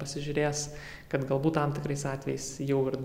pasižiūrės kad galbūt tam tikrais atvejais jau ir